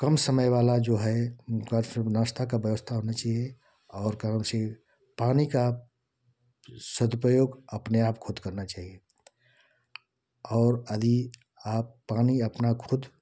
कम समय वाला जो है उनका सिर्फ नाश्ता का व्यवस्था होना चाहिये और कारण से पानी का सदुपयोग अपने आप ख़ुद करना चाहिये और अदी आप पानी अपना ख़ुद